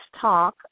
Talk